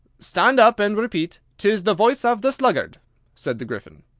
stand up and repeat tis the voice of the sluggard said the gryphon.